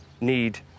need